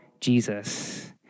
Jesus